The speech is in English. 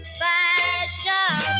fashion